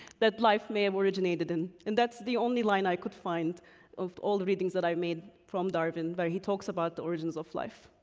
that life may have originated in, and that's the only line i could find of all the readings that i made from darwin where he talks about the origins of life.